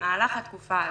במהלך התקופה הזאת.